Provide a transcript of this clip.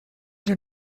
your